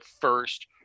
first